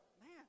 man